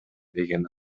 деген